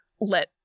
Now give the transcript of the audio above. let